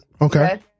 Okay